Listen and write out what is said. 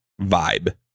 vibe